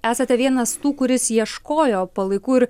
esate vienas tų kuris ieškojo palaikų ir